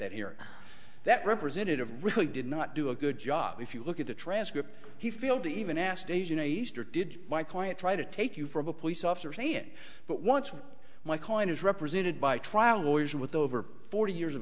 that hearing that representative really did not do a good job if you look at the transcript he failed to even ask de janeiro easter did my client try to take you from a police officer saying but once what my coin is represented by trial lawyers with over forty years of